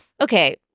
okay